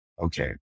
okay